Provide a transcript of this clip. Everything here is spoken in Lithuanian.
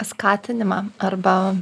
skatinimą arba